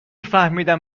فهمیدم